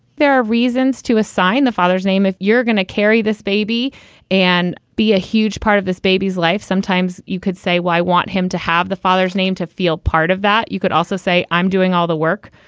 there are reasons to assign the father's name if you're going to carry this baby and be a huge part of this baby's life sometimes. you could say why want him to have the father's name to feel part of that? you could also say, i'm doing all the work,